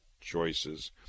choices